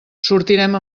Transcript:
sortirem